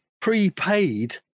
prepaid